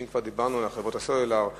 אם כבר דיברנו על חברות הסלולר: